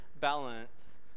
balance